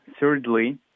thirdly